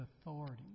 authority